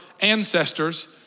ancestors